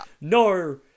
no